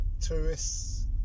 tourists